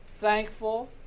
thankful